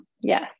Yes